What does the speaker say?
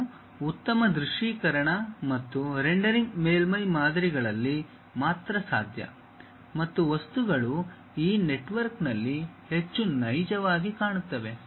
ಮತ್ತು ಉತ್ತಮ ದೃಶ್ಯೀಕರಣ ಮತ್ತು ರೆಂಡರಿಂಗ್ ಮೇಲ್ಮೈ ಮಾದರಿಗಳಲ್ಲಿ ಮಾತ್ರ ಸಾಧ್ಯ ಮತ್ತು ವಸ್ತುಗಳು ಈ ನೆಟ್ವರ್ಕ್ನಲ್ಲಿ ಹೆಚ್ಚು ನೈಜವಾಗಿ ಕಾಣುತ್ತವೆ